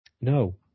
No